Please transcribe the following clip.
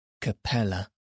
Capella